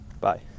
Bye